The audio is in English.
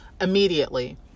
immediately